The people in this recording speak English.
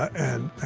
and